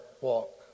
walk